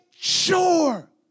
sure